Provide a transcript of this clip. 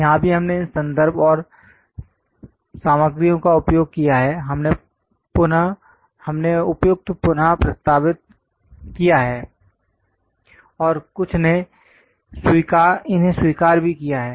जहां भी हमने इन संदर्भों और सामग्रियों का उपयोग किया है हमने उपयुक्त पुनः प्रस्तावित किया है और कुछ ने इन्हें स्वीकार भी किया है